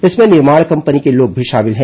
इसमें निर्माण कंपनी के लोग भी शामिल है